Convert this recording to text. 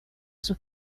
sus